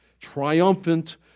Triumphant